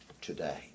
today